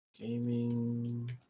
Gaming